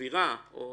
סבירה שהוא